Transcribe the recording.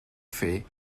fer